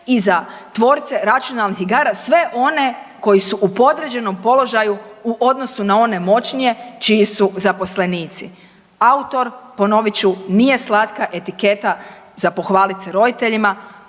i za tvorce računalnih igara, sve one koji su u podređenom položaju u odnosu na one moćnije čiji su zaposlenici. Autor, ponovit ću, nije slatka etiketa za pohvaliti se roditeljima.